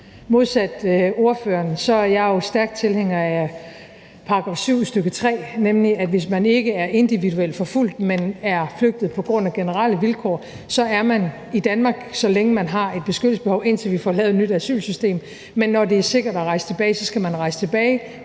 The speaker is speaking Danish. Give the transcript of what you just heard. Modsat ordføreren er jeg jo stærk tilhænger af § 7, stk. 3, som siger, at hvis man ikke er individuelt forfulgt, men er flygtet på grund af generelle vilkår, er man i Danmark, så længe man har et beskyttelsesbehov, indtil vi får lavet et nyt asylsystem. Men når det er sikkert at rejse tilbage, skal man rejse tilbage